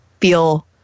feel